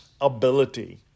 ability